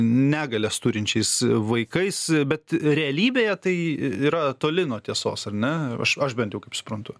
negalias turinčiais vaikais bet realybėje tai yra toli nuo tiesos ar ne aš aš bent jau kaip suprantu